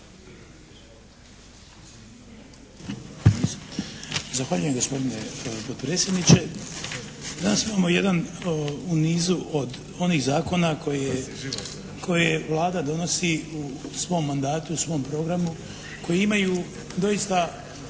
Zahvaljujem gospodine potpredsjedniče. Danas imamo jedan u nizu od onih zakona koje Vlada donosi u svom mandatu, u svom programu, koji imaju doista